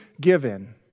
given